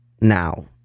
Now